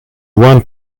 one